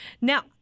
Now